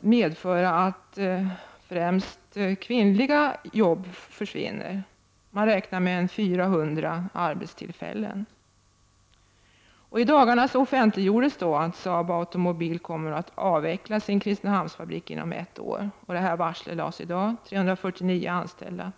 medföra att 400 arbetstillfällen, främst för kvinnorna, försvinner. I dagarna offentliggjordes att Saab Automobil AB kommer att avveckla sin Kristinehamnsfabrik inom ett år. Varslet av de 349 antällda läggs i dag.